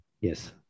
Yes